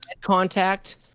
contact